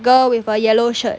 girl with a yellow shirt